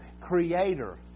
Creator